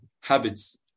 habits